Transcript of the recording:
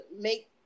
make